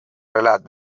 relat